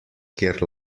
kjer